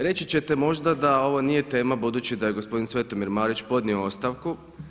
Reći ćete možda da ovo nije tema budući da je gospodin Svetomir Marić podnio ostavku.